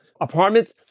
apartment